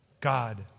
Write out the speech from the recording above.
God